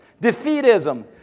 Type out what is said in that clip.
defeatism